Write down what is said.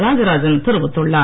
ராஜராஜன் தெரிவித்துள்ளார்